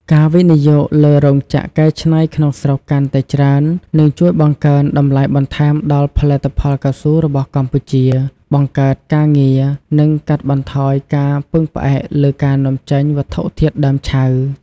ការវិនិយោគលើរោងចក្រកែច្នៃក្នុងស្រុកកាន់តែច្រើន នឹងជួយបង្កើនតម្លៃបន្ថែមដល់ផលិតផលកៅស៊ូរបស់កម្ពុជា បង្កើតការងារ និងកាត់បន្ថយការពឹងផ្អែកលើការនាំចេញវត្ថុធាតុដើមឆៅ។